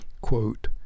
quote